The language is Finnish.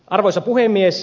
arvoisa puhemies